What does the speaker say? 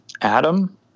Adam